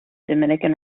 dominican